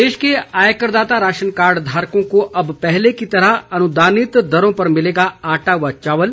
प्रदेश के आयकर दाता राशन कार्ड धारकों को अब पहले की तरह अनुदानित दरों पर मिलेगा आटा व चावल